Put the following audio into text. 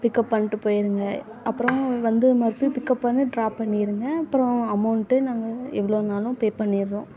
pickup பண்ணிட்டு போயிடுங்க அப்புறம் வந்து மறுபடியும் பிக்கப் பண்ணி ட்ரோப் பண்ணிடுங்க அப்புறம் அமௌண்ட்டு நாங்கள் எவ்வளோனாலும் பேப் பண்ணிடுவோம்